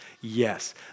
yes